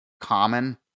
common